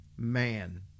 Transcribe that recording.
Man